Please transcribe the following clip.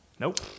Nope